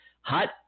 Hot